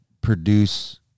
produce